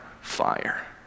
fire